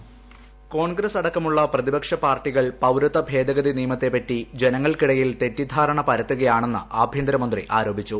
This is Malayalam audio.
വോയ്സ് കോൺഗ്രസ് അടക്കമുള്ള പ്രതിപ്പക്ഷ പാർട്ടികൾ പൌരത്വ ഭേദഗതി നിയമത്തെപ്പറ്റി ജനങ്ങൾക്കിടയിൽ തെറ്റിദ്ധാരണ പരത്തുകയാണെന്ന് ആഭ്യന്തരമന്ത്രി ആരോപിച്ചു